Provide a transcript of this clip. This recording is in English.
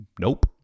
Nope